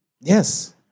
Yes